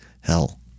hell